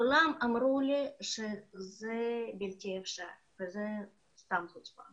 כולם אמרו לי שזה בלתי אפשרי וזאת סתם חוצפה